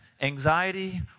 anxiety